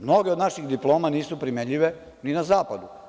Mnoge od naših diploma nisu primenjive ni na zapadu.